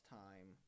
time